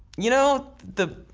you know, the